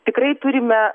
tikrai turime